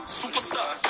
superstar